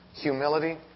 humility